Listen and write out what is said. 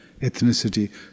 ethnicity